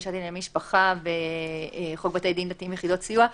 לענייני משפחה וחוק בתי דין יחידות סיוע,